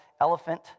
elephant